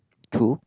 true